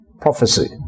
prophecy